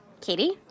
Katie